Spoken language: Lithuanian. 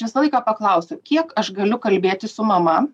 visą laiką paklausiu kiek aš galiu kalbėtis su mama